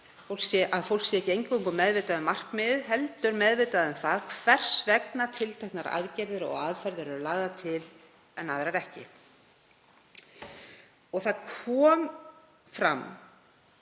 að fólk sé ekki eingöngu meðvitað um markmiðið heldur meðvitað um það hvers vegna tilteknar aðgerðir og aðferðir eru lagðar til en aðrar ekki. Fram kom hjá